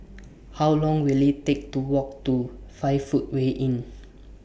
How Long Will IT Take to Walk to five Footway Inn